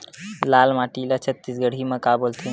लाल माटी ला छत्तीसगढ़ी मा का बोलथे?